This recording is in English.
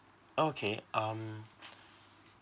okay um